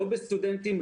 לא בסטודנטים,